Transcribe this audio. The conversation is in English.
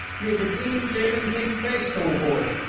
he is a clean-shaven, pink-faced old boy.